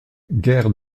guerre